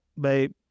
babe